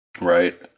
Right